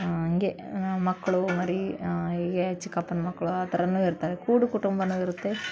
ಹಾಗೆ ಮಕ್ಕಳು ಮರಿ ಹೀಗೆ ಚಿಕ್ಕಪ್ಪನ ಮಕ್ಕಳು ಆ ಥರನೂ ಇರ್ತಾರೆ ಕೂಡು ಕುಟುಂಬವೂ ಇರುತ್ತೆ